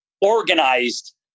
organized